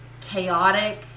chaotic